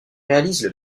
réalise